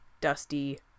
dusty